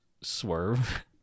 swerve